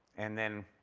and then